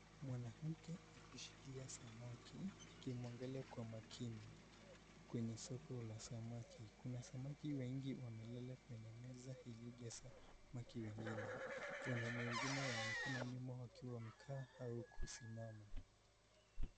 Mwanamke akishikilia samaki akimwangalia kwa makini kwenye soko la samaki. Kuna samaki wengi waliolala kwenye meza hii dhidi ya samaki wengine. Wanaume wengine wanaonekana nyuma wakiwa wamekaa au kusimama.